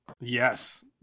Yes